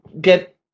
get